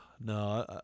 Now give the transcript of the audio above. No